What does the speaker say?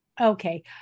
Okay